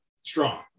strong